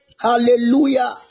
Hallelujah